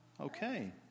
okay